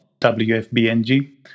WFBNG